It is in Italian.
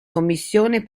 commissione